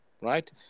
right